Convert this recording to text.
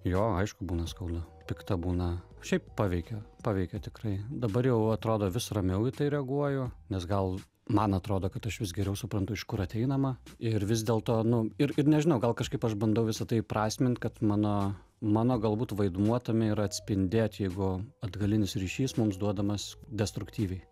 jo aišku būna skaudu pikta būna šiaip paveikia paveikia tikrai dabar jau atrodo vis ramiau į tai reaguoju nes gal man atrodo kad aš vis geriau suprantu iš kur ateinama ir vis dėl to nu ir ir nežinau gal kažkaip aš bandau visa tai įprasmint kad mano mano galbūt vaidmuo tame yra atspindėt jeigu atgalinis ryšys mums duodamas destruktyviai